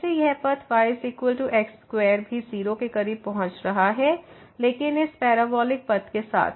फिर से यह पथ y x2 भी 0 के करीब पहुंच रहा है लेकिन इस पैराबोलिक पथ के साथ